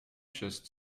just